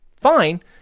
fine